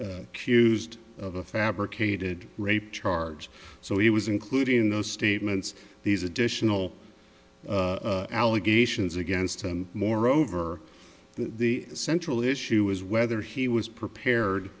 ccused of a fabricated rape charge so he was including those statements these additional allegations against him moreover the central issue was whether he was prepared